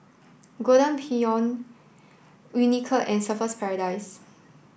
Golden Peony Unicurd and Surfer's Paradise